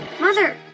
Mother